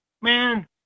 Man